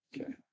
Okay